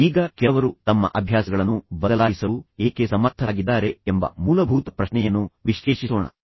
ಈಗ ಕೆಲವರು ತಮ್ಮ ಅಭ್ಯಾಸಗಳನ್ನು ಬದಲಾಯಿಸಲು ಏಕೆ ಸಮರ್ಥರಾಗಿದ್ದಾರೆ ಎಂಬ ಮೂಲಭೂತ ಪ್ರಶ್ನೆಯನ್ನು ವಿಶ್ಲೇಷಿಸೋಣ